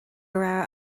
raibh